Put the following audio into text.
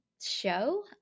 show